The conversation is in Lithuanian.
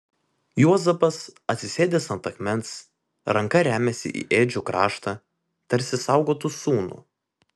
juozapas atsisėdęs ant akmens ranka remiasi į ėdžių kraštą tarsi saugotų sūnų